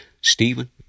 Stephen